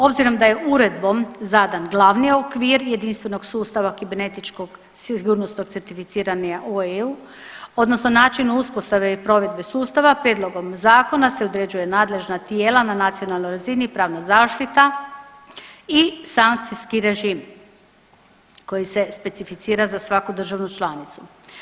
Obzirom da je Uredbom zadan glavni okvir jedinstvenog sustava kibernetičkog sigurnosnog certificiranja u EU, odnosno načinu uspostave i provedbe sustave, prijedlogom Zakona se određuje nadležna tijela na nacionalnoj razini, pravna zaštita i sankcijski režim koji se specificira za svaku državu članicu.